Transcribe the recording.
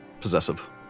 possessive